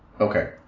Okay